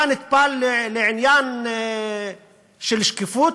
אתה נטפל לעניין של שקיפות?